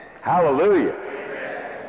Hallelujah